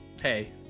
Hey